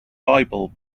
bible